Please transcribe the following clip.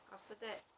after that